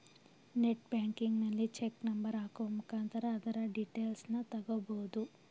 net ಬ್ಯಾಂಕಿಂಗಲ್ಲಿ check number ಹಾಕುವ ಮುಖಾಂತರ ಅದರ ಡೀಟೇಲ್ಸನ್ನ ತಗೊಬೋದು